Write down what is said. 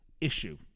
issue